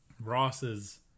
Ross's